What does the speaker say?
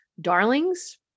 darlings